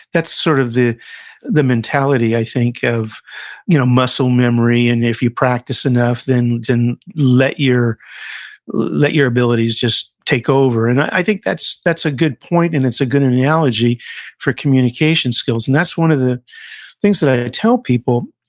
that's sort of the the mentality, i think, of you know muscle memory, and if you practice enough, then, let your let your abilities just take over. and i think that's that's a good point, and it's a good analogy for communication skills. and that's one of the things that i tell people,